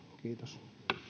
kiitos